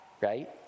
right